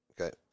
Okay